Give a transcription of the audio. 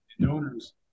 donors